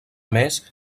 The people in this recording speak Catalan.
més